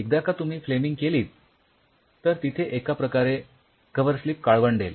एकदा का तुम्ही फ्लेमिंग केलीत तर तिथे एका प्रकारे कव्हरस्लिप काळवंडेल